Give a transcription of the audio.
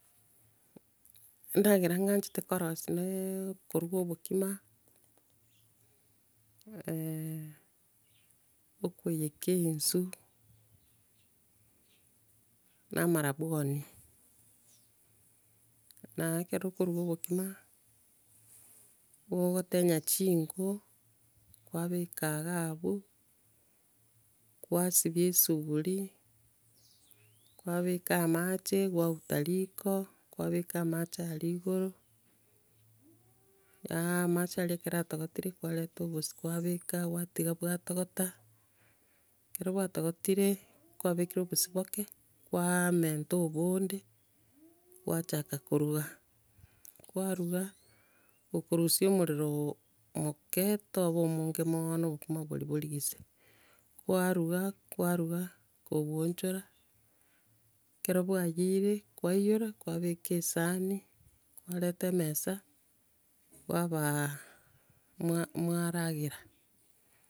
Endagera ing'anchete korosia, nee okoruga obokima okoiyeka enswe na amarabwoni. Na ekero okoruga obokima, nigo ogotenya chinko, kwabeka iga abwo, kwasibia esuguri, kwabeka amache, kwauta riko, kwabeka amache aria igoro na amache aria ekero amache aria ekero atogotire, kwareta obosie, kwabeka, kwatiga bwatogota, ekero bwatogotire kwabekire obosie boke, kwamenta obonde gwachaka koruga, kwaruga, gokorusia omorero omoke, toba omonge mono obokimo boria borigise, kwaruga kwaruga, koguonchora, ekero bwaiyire, kwaiyora, kwabeka esahani, kwareta emesa, kwabaga, mwa- mwaragera.